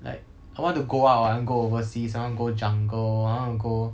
like I want to go out one I want go overseas I want go jungle I wanna go